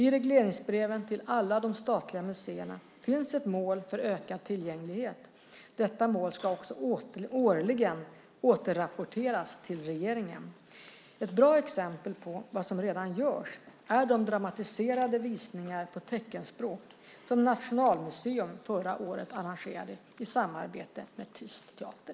I regleringsbreven till alla de statliga museerna finns ett mål för ökad tillgänglighet. Detta mål ska också årligen återrapporteras till regeringen. Ett bra exempel på vad som redan görs är de dramatiserade visningar på teckenspråk som Nationalmuseum förra året arrangerade i samarbete med Tyst teater.